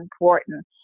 important